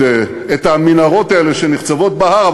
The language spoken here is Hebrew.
את המנהרות האלה שנחצבות בהר.